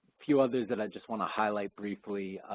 few others that i just want to highlight briefly.